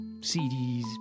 CDs